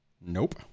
nope